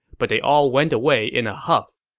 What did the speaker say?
but they all went away in a huff.